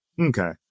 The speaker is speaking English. Okay